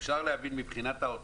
אפשר להבין מהאוצר